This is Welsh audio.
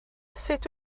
sut